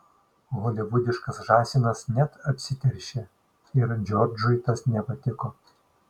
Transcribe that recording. holivudiškas žąsinas net apsiteršė ir džordžui tas nepatiko